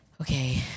okay